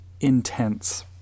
intense